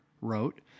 wrote